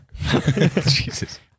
Jesus